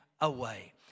away